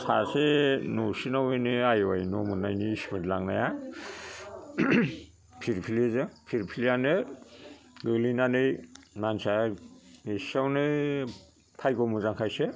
सासे न'सेनाव बेनो आईएवाइ न' मोननायनि सिमोन्ट लांनाया फिरफिलिजों फिरफिलिआनो गोलैनानै मानसिया एसेयावनो भाग्य' मोजांखायसो